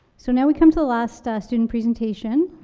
so now we come to the last, ah student presentation,